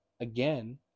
again